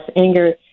anger